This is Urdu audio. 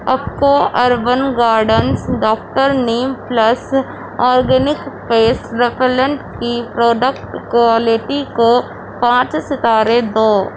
اپکو urban gardens doctor neem plus organic pest repellent کی پروڈکٹ کوالیٹی کو پانچ ستارے دو